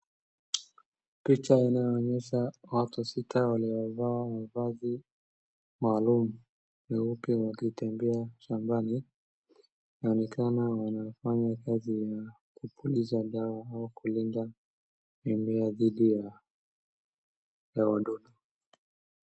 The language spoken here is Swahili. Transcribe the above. Picha inayoonyesha watu sita waliovaa mavazi maalum meupe, wakitembea shambani. Inaonekana wanafanya kazi ya kupuliza dawa au kulinda mimea dhidi ya wadudu.